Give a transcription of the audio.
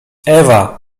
ewa